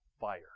fire